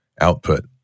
output